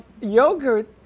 Yogurt